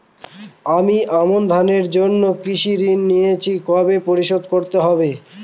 আমি আমন ধান চাষের জন্য কৃষি ঋণ নিয়েছি কবে পরিশোধ করতে হবে?